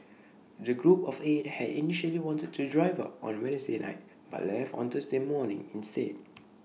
the group of eight had initially wanted to drive up on Wednesday night but left on Thursday morning instead